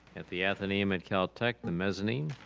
at the atheneum at cal tech, the mezzanine.